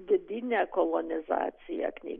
vidinė kolonizacija knyga